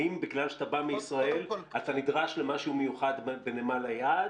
האם בגלל שאתה בא מישראל אתה נדרש למשהו מיוחד בנמל היעד?